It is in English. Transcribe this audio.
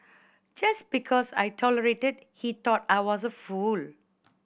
just because I tolerated he thought I was a fool